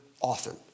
often